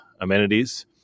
amenities